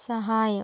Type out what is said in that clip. സഹായം